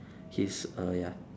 his uh ya